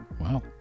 Wow